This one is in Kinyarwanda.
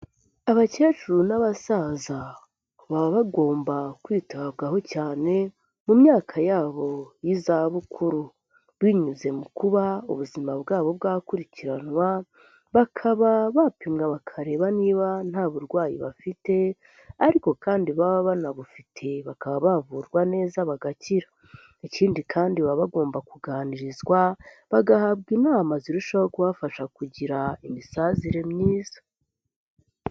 Abakecuru n'abasaza, baba bagomba kwitabwaho cyane, mu myaka yabo y'izabukuru, binyuze mu kuba ubuzima bwabo bwakurikiranwa, bakaba bapimwa bakareba niba nta burwayi bafite, ariko kandi baba bana bufite bakaba bavurwa neza bagakira, ikindi kandi baba bagomba kuganirizwa, bagahabwa inama zirushaho kubafasha kugira imisazire myiza.